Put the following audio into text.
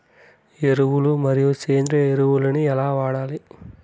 ఎరువులు మరియు సేంద్రియ ఎరువులని ఎలా వాడాలి?